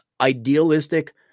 idealistic